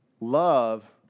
love